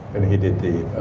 and he did the